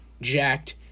jacked